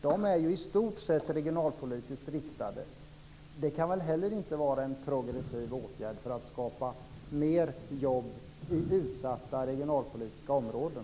De är i stort sett regionalpolitiskt riktade. Det kan inte heller vara en progressiv åtgärd för att skapa mer jobb i regionalpolitiskt utsatta områden.